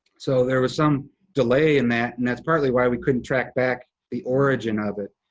so there was some delay in that, and that's partly why we couldn't track back the origin of it.